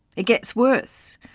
it gets worse.